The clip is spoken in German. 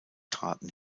traten